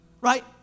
right